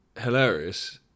hilarious